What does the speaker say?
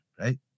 right